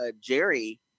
Jerry